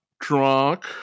drunk